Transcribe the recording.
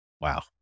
Wow